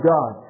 God